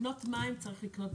כוס מים צריך לקנות.